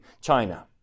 China